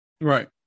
Right